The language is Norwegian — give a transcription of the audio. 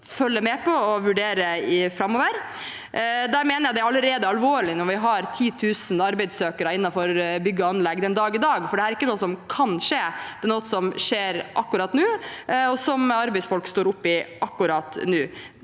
følge med på og vurdere framover. Jeg mener det allerede er alvorlig når vi har 10 000 arbeidssøkere innenfor bygg og anlegg i dag. Dette er ikke noe som kan skje, det er noe som skjer akkurat nå, og som arbeidsfolk står oppe i akkurat nå.